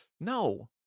No